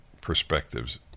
perspectives